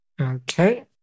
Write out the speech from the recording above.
Okay